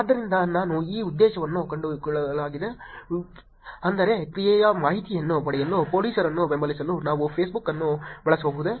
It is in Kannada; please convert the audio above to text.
ಆದ್ದರಿಂದ ನಾನು ಈ ಉದ್ದೇಶವನ್ನು ತುಂಡುಗಳಾಗಿ ವಿಭಜಿಸುತ್ತೇನೆ ಅಂದರೆ ಕ್ರಿಯೆಯ ಮಾಹಿತಿಯನ್ನು ಪಡೆಯಲು ಪೊಲೀಸರನ್ನು ಬೆಂಬಲಿಸಲು ನಾವು ಫೇಸ್ಬುಕ್ ಅನ್ನು ಬಳಸಬಹುದೇ